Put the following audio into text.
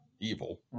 evil